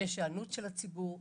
יש היענות של הציבור.